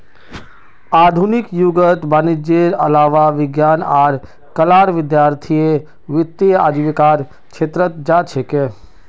आधुनिक युगत वाणिजयेर अलावा विज्ञान आर कलार विद्यार्थीय वित्तीय आजीविकार छेत्रत जा छेक